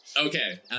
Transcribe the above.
Okay